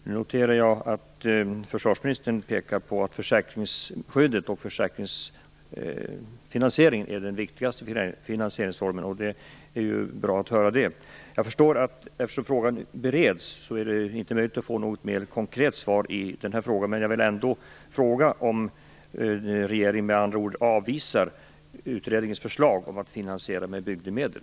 Jag noterar att försvarsministern pekar på att försäkringsskyddet och försäkringsfinansieringen är den viktigaste finansieringsformen, vilket är bra. Eftersom frågan bereds, förstår jag att det inte är möjligt att få något mer konkret svar i den här frågan. Men jag vill ändå fråga om regeringen avvisar utredningens förslag om finansiering med bygdemedel.